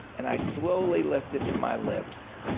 and i slowly lift it to my lips.